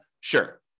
Sure